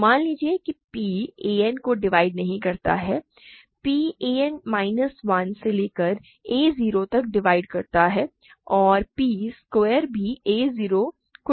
तो मान लीजिए कि p a n को डिवाइड नहीं करता है p a n माइनस 1 से लेकर a 0 तक डिवाइड करता है और p स्क्वायर भी a 0 को डिवाइड नहीं करता है